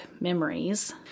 memories